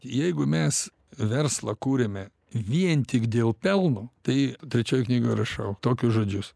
jeigu mes verslą kūrėme vien tik dėl pelno tai trečioj knygoj rašau tokius žodžius